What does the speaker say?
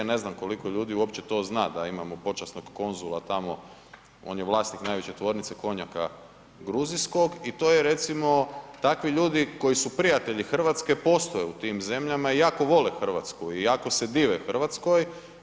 Ne znam koliko ljudi uopće to zna da imamo počasnog konzula tako, on je vlasnik najveće tvornice konjaka gruzijskog i takvi ljudi koji su prijatelji Hrvatske postoje i u tim zemljama i jako vole Hrvatsku i jako se dive Hrvatskoj.